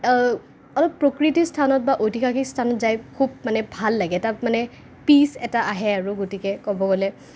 অলপ প্ৰকৃতি স্থানত বা ঐতিহাসিক স্থান যাই খুব মানে ভাল লাগে তাত মানে পিচ এটা আহে আৰু গতিকে ক'ব গ'লে